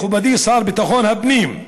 מכובדי השר לביטחון הפנים,